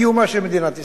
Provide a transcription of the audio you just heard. קיומה של מדינת ישראל.